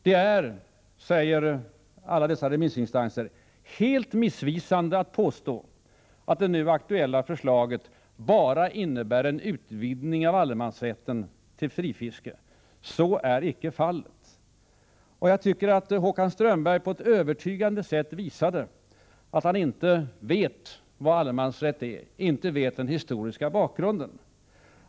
Det är, säger alla dessa remissinstanser, helt missvisande att påstå att det nu aktuella förslaget bara innebär en utvidgning av allemansrätten till frifiske. Så är icke fallet. Håkan Strömberg har på ett övertygande sätt visat att han inte vet vad allemansrätt innebär, att han inte vet den historiska bakgrunden.